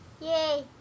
Yay